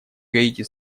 гаити